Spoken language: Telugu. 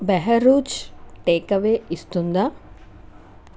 బెహరూజ్ టేకవే ఇస్తుందా